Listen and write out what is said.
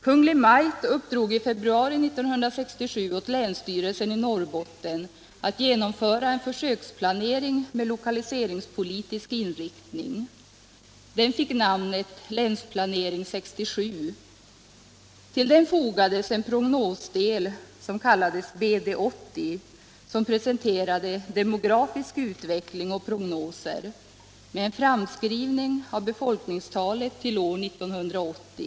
Kungl. Maj:t uppdrog i februari 1967 åt länsstyrelsen i Norrbotten att genomföra en försöksplanering med lokaliseringspolitisk inriktning. Denna fick namnet Länsplanering 67. Till den fogades en prognosdel kallad BD 80, som presenterade demografisk utveckling och prognoser, med en framskrivning av befolkningstalet till år 1980.